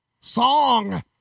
SONG